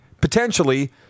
potentially